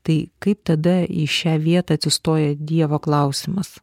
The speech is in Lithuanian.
tai kaip tada į šią vietą atsistoja dievo klausimas